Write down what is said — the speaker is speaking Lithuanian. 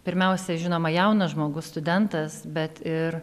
pirmiausia žinoma jaunas žmogus studentas bet ir